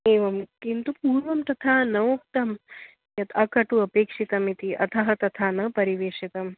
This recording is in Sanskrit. एवं किन्तु पूर्वं तथा न उक्तं यत् अकटुः अपेक्षितमिति अतः तथा न परिवेषितम्